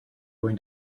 going